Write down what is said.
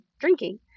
drinking